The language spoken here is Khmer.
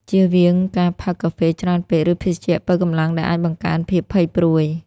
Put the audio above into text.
ជៀសវាងការផឹកកាហ្វេច្រើនពេក ឬភេសជ្ជៈប៉ូវកម្លាំងដែលអាចបង្កើនភាពភ័យព្រួយ។